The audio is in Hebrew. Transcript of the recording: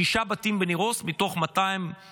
שישה בתים בניר עוז מתוך 263,